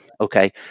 Okay